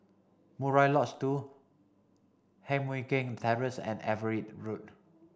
Murai Lodge two Heng Mui Keng Terrace and Everitt Road